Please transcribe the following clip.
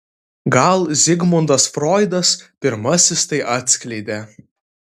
gal zigmundas froidas pirmasis tai atskleidė